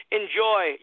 enjoy